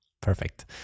Perfect